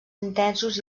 intensos